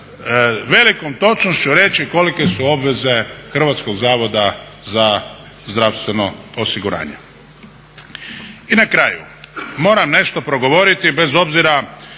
velikom točnošću reći kolike su obveze Hrvatskog zavoda za zdravstveno osiguranje. I na kraju moram nešto progovoriti bez obzira